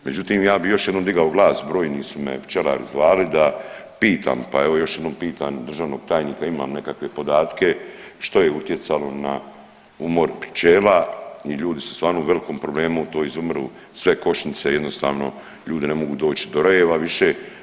Međutim, ja bih još jednom digao glas, brojni su me pčelari zvali da pitam, pa evo, još jednom pitam državnog tajnika, imam nekakve podatke što je utjecalo na umor pčela i ljudi su stvarno u velikom problemu, to izumru sve košnice, jednostavno ljudi ne mogu doći do rojeva više.